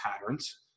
patterns